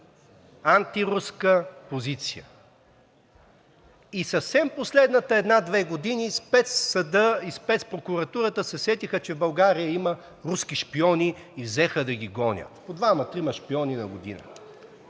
антируска позиция, и съвсем в последните една-две години Спецсъдът и Спецпрокуратурата се сетиха, че в България има руски шпиони и взеха да ги гонят – по двама-трима шпиони на година